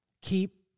Keep